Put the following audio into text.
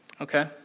okay